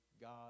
God